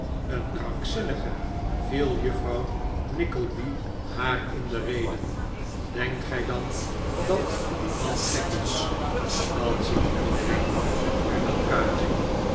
een krankzinnige viel juffrouw nickleby haar in de rede denkt gij dan dat die man gek is dat ziet iedereen moeder hernam kaatje